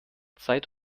zeit